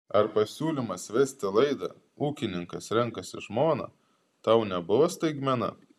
ar pasiūlymas vesti laidą ūkininkas renkasi žmoną tau nebuvo staigmena